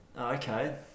Okay